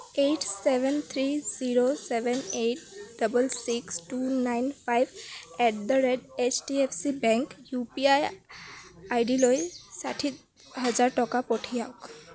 eight seven three zero seven eight double six two nine five at the rate H D F C bank U P I আইডিলৈ ষাঠি হাজাৰ টকা পঠিয়াওক